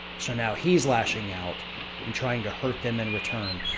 so now he's lashing out and trying to hurt them in return,